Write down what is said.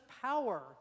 power